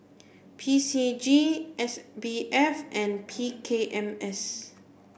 P C G S B F and P K M S